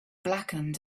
blackened